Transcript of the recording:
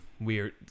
weird